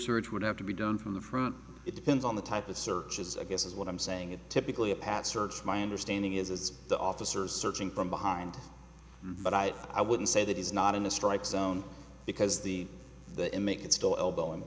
search would have to be done from the front it depends on the type of searches i guess is what i'm saying is typically a pat search my understanding is it's the officers searching from behind but i i wouldn't say that is not in a strike zone because the the imake it's still elbow